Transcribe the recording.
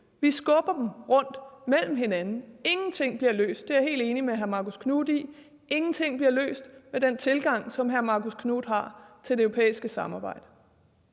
Vi skubber dem rundt mellem hinanden, og ingenting bliver løst, det er jeg helt enig med hr. Marcus Knuth i. Ingenting bliver løst med den tilgang, som hr. Marcus Knuth har til det europæiske samarbejde.